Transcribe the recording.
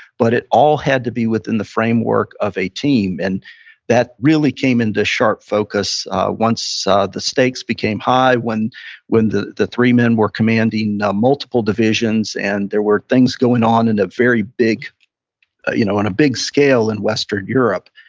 but it all had to be within the framework of a team. and that really came into sharp focus once so the stakes became high. when when the the three men were commanding multiple divisions, and there were things going on and you know in a big scale in western europe.